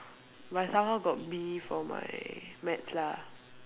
but I somehow got B for my maths lah